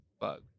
bug